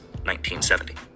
1970